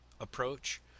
approach